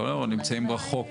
נעשה.